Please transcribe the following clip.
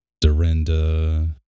Dorinda